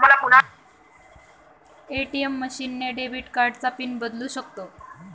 ATM machine ने debit कार्डचा PIN बदलू शकतो